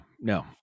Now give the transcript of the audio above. no